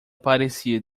parecia